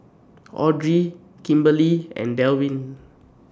Audry Kimberli and Delwin